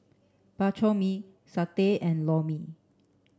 bak chor mee satay and lor mee